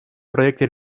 проекты